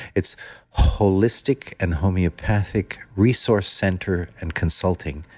it's holistic and homeopathic resource center and consulting.